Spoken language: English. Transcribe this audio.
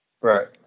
Right